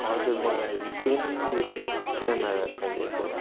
हजुर मलाई cabin with camera चाहिएको